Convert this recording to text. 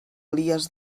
elies